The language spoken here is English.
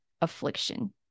affliction